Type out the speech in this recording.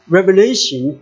Revelation